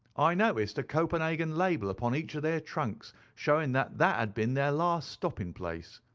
i noticed a copenhagen label upon each of their trunks, showing that that had been their last stopping place.